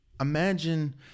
imagine